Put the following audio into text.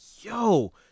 yo